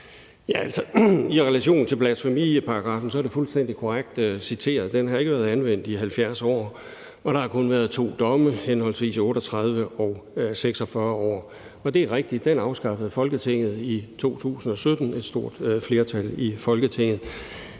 (V): I relation til blasfemiparagraffen er det fuldstændig korrekt citeret. Den har ikke været anvendt i 70 år, og der har kun været to domme, henholdsvis i 1938 og 1946. Det er rigtigt, at den afskaffede et stort flertal i Folketinget